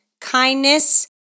kindness